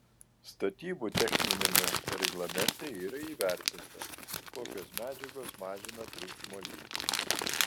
statybų techniniame reglamente yra įvertinta kokios medžiagos mažina triukšmo lygį